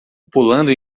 pulando